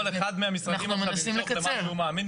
כל אחד מהמשרדים עכשיו ימשוך למה שהוא מאמין,